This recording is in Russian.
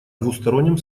двустороннем